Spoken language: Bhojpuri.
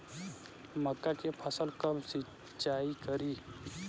मका के फ़सल कब सिंचाई करी?